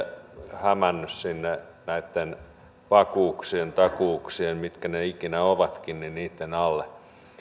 hämänneet kaiken näitten vakuuksien takuuksien mitkä ne ikinä ovatkin kulissin alle